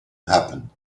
happen